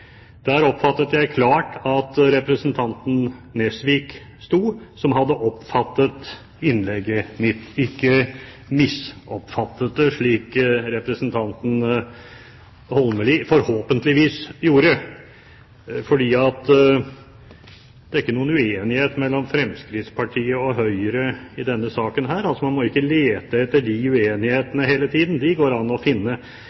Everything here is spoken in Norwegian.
Der oppfattet jeg klart at representanten Nesvik sto, som hadde oppfattet innlegget mitt, ikke misoppfattet det, slik representanten Holmelid forhåpentligvis gjorde, for det er ikke noen uenighet mellom Fremskrittspartiet og Høyre i denne saken. Man må ikke lete etter uenighetene hele tiden. Dem går det an å finne.